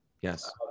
Yes